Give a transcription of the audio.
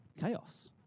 Chaos